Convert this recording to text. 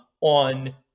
on